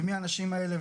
מי האנשים האלה,